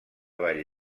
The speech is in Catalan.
bell